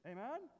Amen